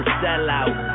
sellout